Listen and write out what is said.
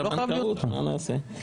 של הבנקאות, מה נעשה.